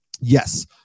yes